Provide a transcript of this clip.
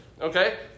Okay